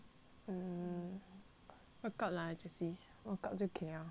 work out lah jessie work out 就可以了